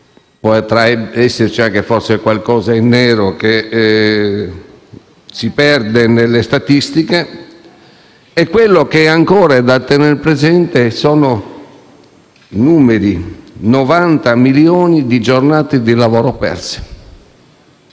potrebbe esserci forse anche qualcosa in nero, che si perde nelle statistiche. Quello che ancora è da tener presente sono i numeri: 90 milioni di giornate di lavoro perse,